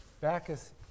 Backus